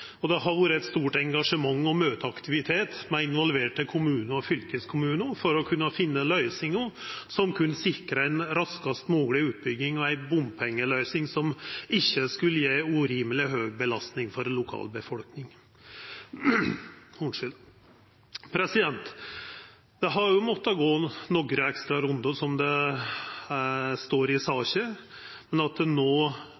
fylkeskommune. Det har vore eit stort engasjement og møteaktivitet med involverte kommunar og fylkeskommunar for å kunna finna løysingar som kunne sikra ei raskast mogleg utbygging og ei bompengeløysing som ikkje skulle føra til ei urimeleg høg belasting for lokalbefolkninga. Ein har òg måtta gå nokre ekstra rundar, som det står i